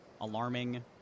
alarming